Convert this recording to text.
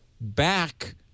back